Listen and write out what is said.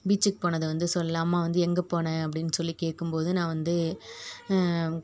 பீச்சுக்கு போனது வந்து சொல்லாமல் வந்து எங்கள் போனேன் அப்படின்னு சொல்லி கேட்கும்போது நான் வந்து